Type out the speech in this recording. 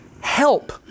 help